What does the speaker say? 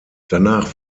danach